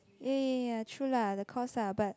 ya ya ya true lah the cost lah but